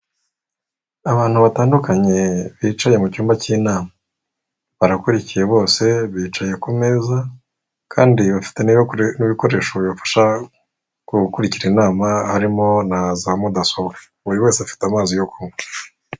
Abantu batandukanye bicaye mu cyumba cy'inama, barakurikiye bose bicaye ku meza, kandi bafite n'ibikoresho bibafasha gukurikira inama, harimo na za mudasobwa, buri wese afite amazi yo kunywa.